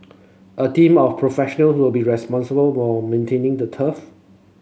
a team of professional will be responsible for maintaining the turf